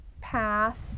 path